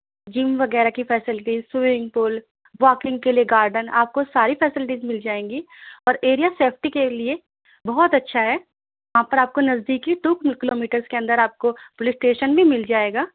جم وغیرہ کی facilities swimming pool walking کے لیے گارڈن آپ کو ساری فیسلٹیز مل جائیں گی اور ایریا سیفٹی کے لیے بہت اچھا ہے وہاں پر آپ کو نزدیکی ٹو کلو میٹرس کے اندر آپ کو پولیس اسٹیشن بھی مل جائے گا